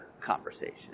conversation